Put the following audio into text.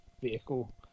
vehicle